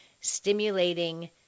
stimulating